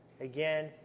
Again